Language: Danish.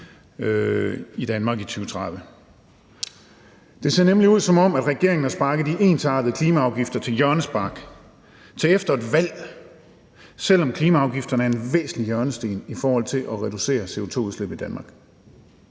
i 2030. Det ser nemlig ud, som om regeringen har sparket de ensartede klimaafgifter til hjørnespark, til efter et valg, selv om klimaafgifterne er en væsentlig hjørnesten i forhold til at reducere CO2-udslippet i Danmark.